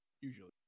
usually